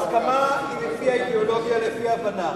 ההסכמה היא לפי האידיאולוגיה, לפי הבנה.